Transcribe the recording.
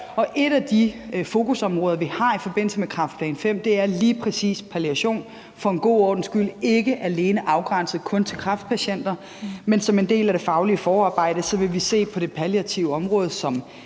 Og et af de fokusområder, vi har i forbindelse med Kræftplan V, er lige præcis palliation, og for en god ordens skyld vil jeg sige, at det ikke alene er afgrænset til kræftpatienter, men at vi som en del af det faglige forarbejde vil se på det palliative område som